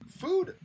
Food